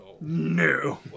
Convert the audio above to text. No